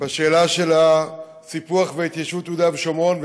בשאלה של הסיפוח וההתיישבות ביהודה ושומרון.